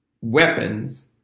Weapons